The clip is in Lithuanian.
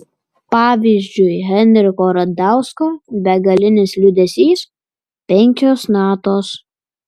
pavyzdžiui henriko radausko begalinis liūdesys penkios natos